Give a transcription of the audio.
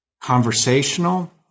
conversational